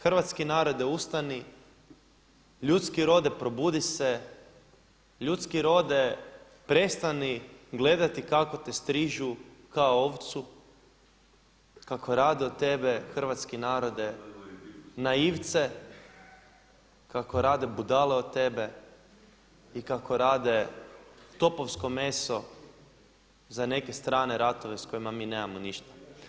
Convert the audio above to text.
Hrvatski narode ustani, ljudski rode probudi se, ljudski rode prestani gledati kako te strižu kao ovcu, kako rade od tebe hrvatski narode naivce, kako rade budale od tebe i kako rade topovsko meso za neke strane ratove s kojima mi nemamo ništa.